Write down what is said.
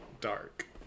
dark